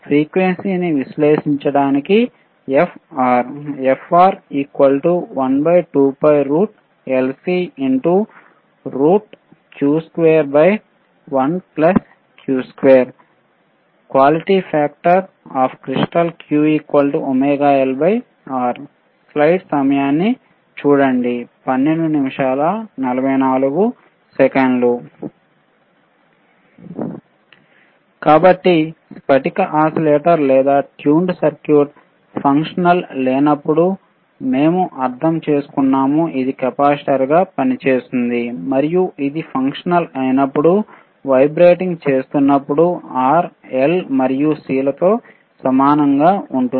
పౌనపున్యం ని విశ్లేషించడానికి Fr కాబట్టి స్ఫటికా ఓసిలేటర్ లేదా ట్యూన్డ్ సర్క్యూట్ ఫంక్షనల్ లేనప్పుడు మేము అర్థం చేసుకున్నాము ఇది కెపాసిటెన్స్గా పనిచేస్తుంది మరియు ఇది ఫంక్షనల్ అయినప్పుడు వైబ్రేటింగ్ చేస్తున్నప్పుడు R L మరియు C లతో సమానంగా ఉంటుంది